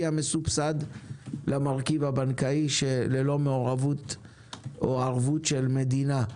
המסובסד למרכיב הבנקאי ללא ערבות של מדינה.